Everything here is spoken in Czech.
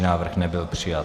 Návrh nebyl přijat.